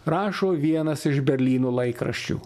rašo vienas iš berlyno laikraščių